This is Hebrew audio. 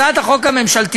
הצעת החוק הממשלתית